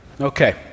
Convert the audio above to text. Okay